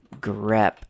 grep